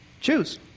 Choose